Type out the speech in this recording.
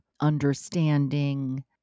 understanding